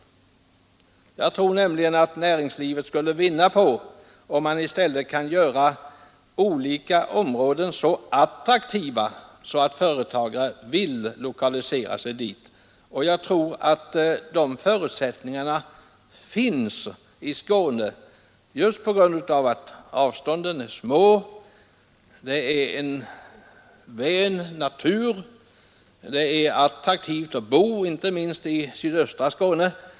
Näringslivet skulle vinna på om man i stället kan göra olika områden så attraktiva att företagare vill lokalisera sig dit. Jag tror att de förutsättningarna finns i Skåne just på grund av att avstånden är små, att det är en vän natur och att det är attraktivt att bo där — inte minst i sydöstra Skåne.